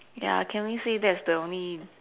ya can we say that's the only